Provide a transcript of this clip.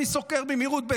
אני סוקר במהירות,